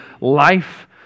life